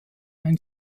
ein